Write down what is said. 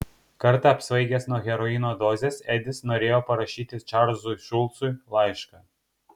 kartą apsvaigęs nuo heroino dozės edis norėjo parašyti čarlzui šulcui laišką